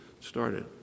started